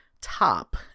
top